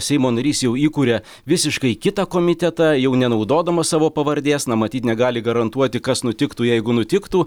seimo narys jau įkuria visiškai kitą komitetą jau nenaudodamas savo pavardės na matyt negali garantuoti kas nutiktų jeigu nutiktų